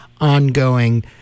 ongoing